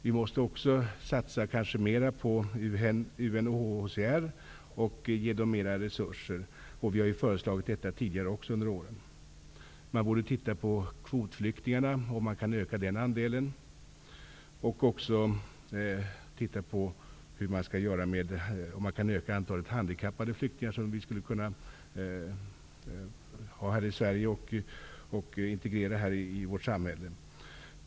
Vi måste också kanske satsa mer på UNHCR genom ytterligare resurser. Det har vi ju föreslagit tidigare under åren. Man borde undersöka om man kan öka andelen kvotflyktingar och om man kan öka andelen handikappade flyktingar som vi skulle kunna ta emot här i Sverige och integrera i vårt samhälle.